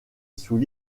sous